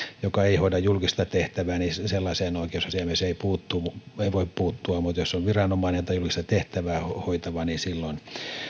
joka ei hoida julkista tehtävää niin sellaiseen oikeusasiamies ei voi puuttua mutta jos se on viranomainen tai julkista tehtävää hoitava niin silloin